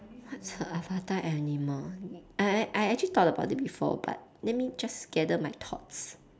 the avatar animal I I I actually thought about it before but let me just gather my thoughts